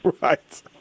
Right